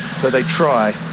so they try